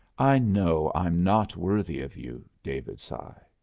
i know i'm not worthy of you, david sighed.